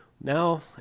Now